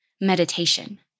meditation